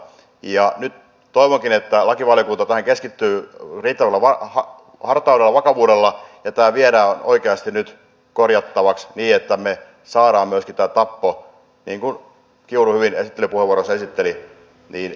nyt toivonkin että lakivaliokunta tähän keskittyy riittävällä hartaudella vakavuudella ja tämä viedään oikeasti nyt korjattavaksi niin että me saamme myöskin tapon niin kuten kiuru hyvin esittelypuheenvuorossa esitteli että se ei vanhene